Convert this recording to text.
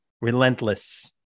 relentless